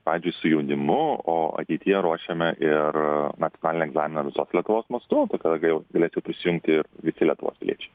pavyzdžiui su jaunimu o ateityje ruošiame ir nacionalinį egzaminą visos lietuvos mastu tai kada jau galės jau prisijungti ir visi lietuvos piliečiai